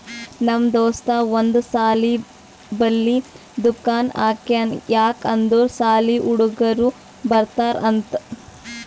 ನಮ್ ದೋಸ್ತ ಒಂದ್ ಸಾಲಿ ಬಲ್ಲಿ ದುಕಾನ್ ಹಾಕ್ಯಾನ್ ಯಾಕ್ ಅಂದುರ್ ಸಾಲಿ ಹುಡುಗರು ಬರ್ತಾರ್ ಅಂತ್